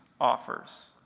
offers